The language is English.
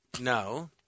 No